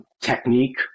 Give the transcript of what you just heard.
technique